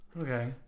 Okay